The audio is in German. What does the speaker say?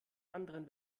anderen